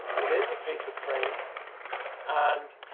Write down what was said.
it is a paper crane and